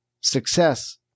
success